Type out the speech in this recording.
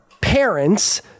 parents